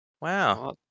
Wow